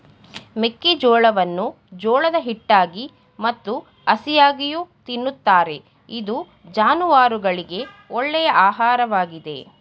ಮೆಕ್ಕೆಜೋಳವನ್ನು ಜೋಳದ ಹಿಟ್ಟಾಗಿ ಮತ್ತು ಹಸಿಯಾಗಿಯೂ ತಿನ್ನುತ್ತಾರೆ ಇದು ಜಾನುವಾರುಗಳಿಗೆ ಒಳ್ಳೆಯ ಆಹಾರವಾಗಿದೆ